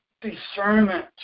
discernment